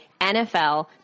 NFL